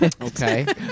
Okay